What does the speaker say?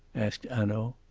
asked hanaud.